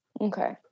Okay